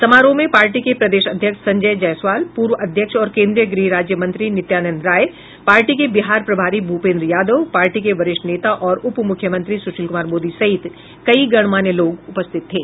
समारोह में पार्टी के प्रदेश अध्यक्ष संजय जायसवाल पूर्व अध्यक्ष और केन्द्रीय गृह राज्य मंत्री नित्यानंद राय पार्टी के बिहार प्रभारी भूपेन्द्र यादव पार्टी के वरिष्ठ नेता और उप मुख्यमंत्री सुशील कुमार मोदी सहित कई गणमान्य लोग उपस्थित थे